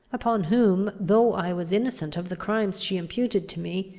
upon whom, though i was innocent of the crimes she imputed to me,